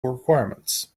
requirements